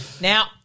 Now